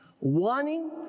wanting